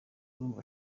urumva